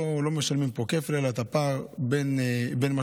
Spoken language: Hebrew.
לא משלמים פה כפל אלא את הפער בין מה